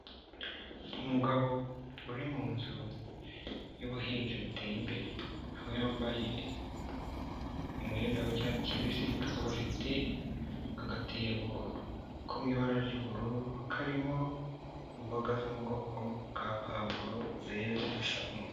Umugabo uri mu nzu y'ubuhinzi buteye imbere, aho yambaye umwenda w'icyatsi kibisi, akaba afite agatebo ko mu ibara ry'ubururu, karimo imboga zo mu bwoko bwa pavuro zeze, zisa umutuku.